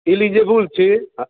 eligible छी